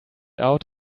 out